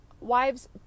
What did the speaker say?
Wives